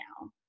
now